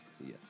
Yes